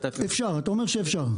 אפשר אתה אומר שאפשר?